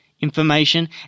information